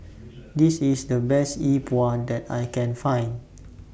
This IS The Best Yi Bua that I Can Find